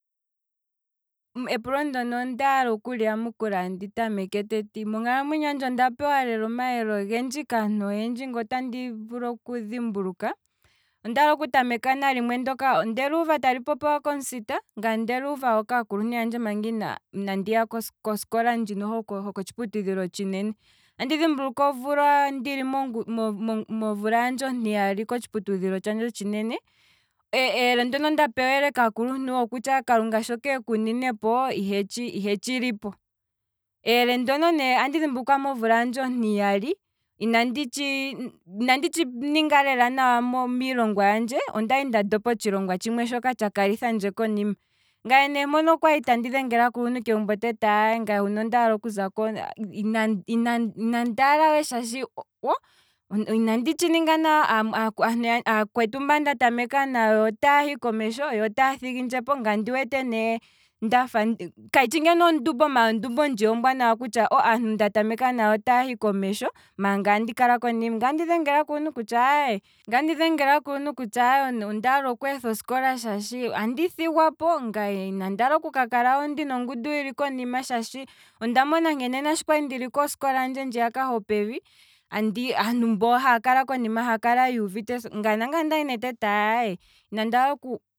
Epulo ndono ondaala okuli yamukula teti, monkalamwenyo handje onda pewa lela omayeleogendji kaantu oyendji ngoo tandi vulu okudhimbulukwa, ondaala oku tameka nalimwe ndoka, onde luuva tali popiwa komusita, ngaye onde luuva natango kaakuluntu yandje manga inandi ya kosikola ndjino hoko tshi putudhilo otshinene, andi dhimbulukwa omvula ndili momvulahandje ontiyali kotshiputudhilo tshandje otshi nene, eyele ndoka nda pewa kaakuluntu ondono nkutya; alushe kalunga shoka eku nine ihe tshilipo, eyele ndoka andi dhimbulukwa momvula handje ontiyali inandi tshi, iandi tshi ninga lela nawa miilongwa yandje, ondali nda ndopa otshilongwa tshandje tshimwe shoka tsha kalithandje konima, ngaye nee mpono okwali te dhengele aakuluntu kegumbo teti aye, ngaye huno ondaala okuzako ina ndaala we shaashi oh, aakwetu mba nda tameka nayo otaahi komesho yo otaa thigi ndjepo ngaye ondi wete ne ndafa kayishi ngeno ondumbo, ondumbo ndjiya ombwaanawa kutya oh aantu nda tameka nayo otaahi komesho maala ngaye andi kalako nima, ngaye andi dhengele aakuluntu kutya aye, ondaal okweetha osiko shaashi andi thigwapo, ngaye inandi hala oku kakala ndina ongundu hili konima shaashi, ondamona nkene naashi kwali ndili posikola handje ndjiya ho pevi aantu kwali haya kala yuuvite nayi nagye oteti aaye